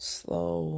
slow